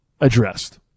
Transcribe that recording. addressed